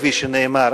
כפי שנאמר,